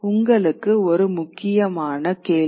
உங்களுக்கு ஒரு முக்கியமான கேள்வி